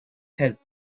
help